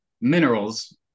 minerals